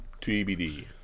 TBD